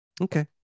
Okay